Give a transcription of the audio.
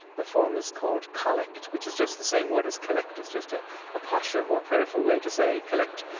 the form is called collect, which is just the same word as collect. it's just a ah posher, more prayerful way to say collect.